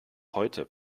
heute